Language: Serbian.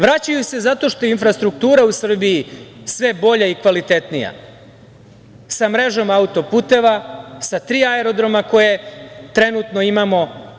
Vraćaju se zato što je infrastruktura u Srbiji sve bolja i kvalitetnija, sa mrežom autoputeva, sa tri aerodroma koje trenutno imamo.